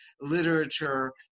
literature